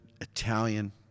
Italian